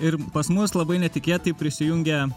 ir pas mus labai netikėtai prisijungė